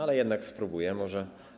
Ale jednak spróbuję może.